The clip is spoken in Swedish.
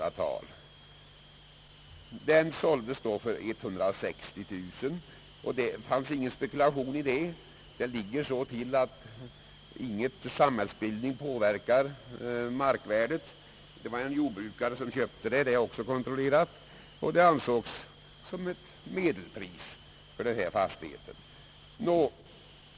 Fastigheten såldes för 160 000 kronor, och det låg ingen spekulation i försäljningen. Fastigheten ligger så till att ingen samhällsbildning påverkar markvärdet. Det var en jordbrukare som köpte — det har jag kontrollerat — och 160 000 kronor får anses vara ett medelpris för en fastighet av detta slag.